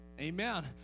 Amen